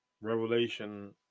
Revelation